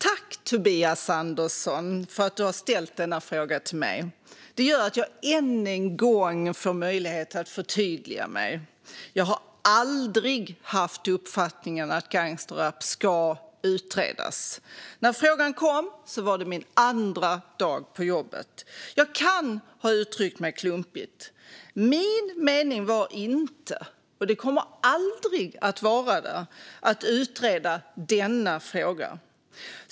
Fru talman! Jag tackar Tobias Andersson för att han har ställt denna fråga till mig. Det gör att jag än en gång får möjlighet att förtydliga mig. Jag har aldrig haft uppfattningen att gangsterrappen ska utredas. När frågan kom var det min andra dag på jobbet. Jag kan ha uttryckt mig klumpigt. Min mening var inte, och kommer aldrig att vara, att utreda denna fråga.